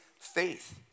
faith